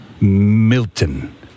Milton